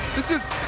this is.